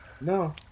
No